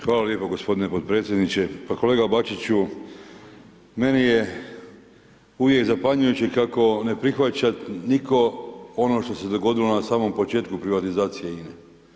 Hvala lijepo gospodine podpredsjedniče, pa kolega Bačiću meni je uvijek zapanjujuće kako ne prihvaća nitko ono što se dogodilo na samom početku privatizacije INA-e.